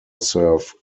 serve